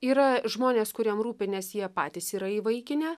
yra žmonės kuriem rūpi nes jie patys yra įvaikinę